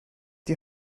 die